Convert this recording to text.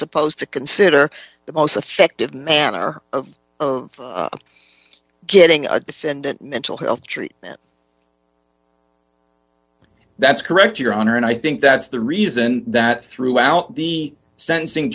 supposed to consider the most effective manner of getting a defendant mental health treatment that's correct your honor and i think that's the reason that throughout the sentencing